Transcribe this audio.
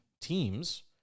teams